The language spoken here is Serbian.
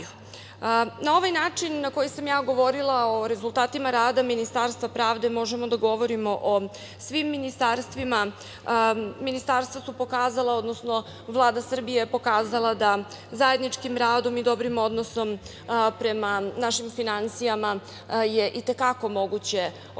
ovaj način na koji sam ja govorila o rezultatima rada Ministarstva pravde možemo da govorimo o svim ministarstvima. Ministarstva su pokazala, odnosno Vlada Srbije je pokazala da zajedničkim radom i dobrim odnosom prema našim finansijama je itekako moguće ostvariti